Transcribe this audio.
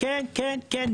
כן, כן.